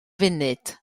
funud